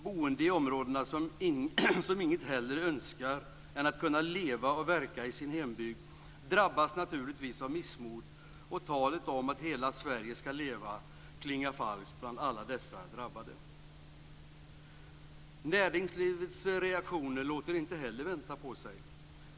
Boende i områdena, som inget hellre önskar än att kunna leva och verka i sin hembygd, drabbas naturligtvis av missmod. Talet om att hela Sverige ska leva klingar falskt bland alla dessa drabbade. Näringslivets reaktioner låter inte heller vänta på sig.